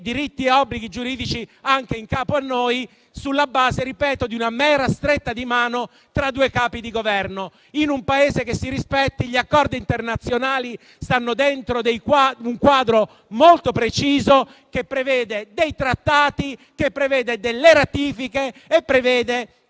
diritti e obblighi giuridici anche in capo a noi, sulla base - lo ripeto - di una mera stretta di mano tra due capi di Governo. In un Paese che si rispetti gli accordi internazionali stanno dentro un quadro molto preciso, che prevede trattati, ratifiche e il